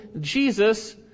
Jesus